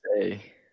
say